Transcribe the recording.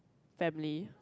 family